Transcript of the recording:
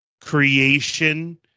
creation